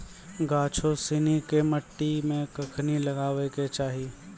गाछो सिनी के मट्टी मे कखनी लगाबै के चाहि?